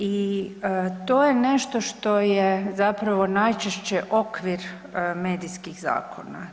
I to je nešto što je zapravo najčešće okvir medijskih zakona.